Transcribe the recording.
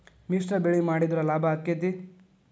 ಮಿಶ್ರ ಬೆಳಿ ಮಾಡಿದ್ರ ಲಾಭ ಆಕ್ಕೆತಿ?